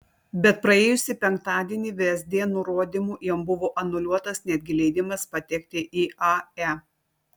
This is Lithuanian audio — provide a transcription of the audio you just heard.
bet praėjusį penktadienį vsd nurodymu jam buvo anuliuotas netgi leidimas patekti į ae